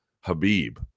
Habib